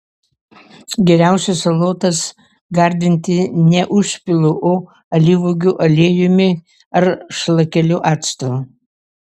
geriausia salotas gardinti ne užpilu o alyvuogių aliejumi ar šlakeliu acto